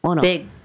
big